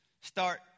start